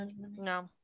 no